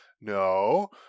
no